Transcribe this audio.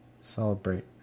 celebrate